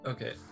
Okay